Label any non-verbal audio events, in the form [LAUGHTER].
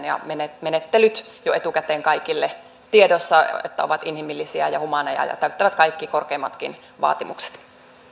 [UNINTELLIGIBLE] ja menettelyt jo etukäteen kaikille tiedossa että ne ovat inhimillisiä ja humaaneja ja täyttävät kaikki korkeimmatkin vaatimukset